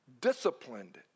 disciplined